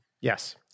yes